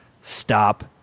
stop